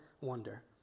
wonder